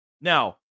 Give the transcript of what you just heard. Now